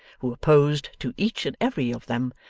who opposed to each and every of them,